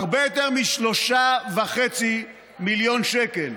הרבה יותר מ-3.5 מיליון שקל.